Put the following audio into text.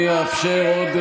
אני אאפשר עוד,